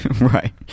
right